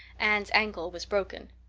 anne's ankle was broken.